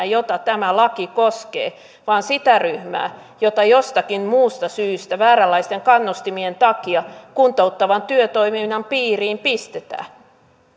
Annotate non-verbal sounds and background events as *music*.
*unintelligible* jota tämä laki koskee vaan sitä ryhmää jota jostakin muusta syystä vääränlaisten kannustimien takia kuntouttavan työtoiminnan piiriin pistetään